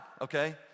okay